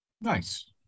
Nice